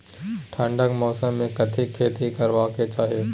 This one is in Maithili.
ठंडाक मौसम मे कथिक खेती करबाक चाही?